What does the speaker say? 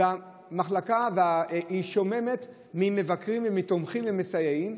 והמחלקה שוממת ממבקרים ומתומכים ומסייעים.